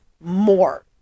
more